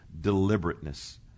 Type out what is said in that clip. deliberateness